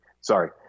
Sorry